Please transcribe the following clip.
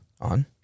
On